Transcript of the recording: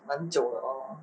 蛮久的 orh